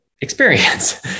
experience